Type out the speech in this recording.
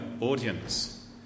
audience